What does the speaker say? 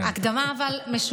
אבל הקדמה משובחת.